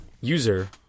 user